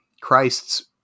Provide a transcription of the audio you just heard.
Christ's